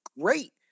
great